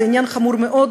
זה עניין חמור מאוד,